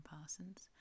Parsons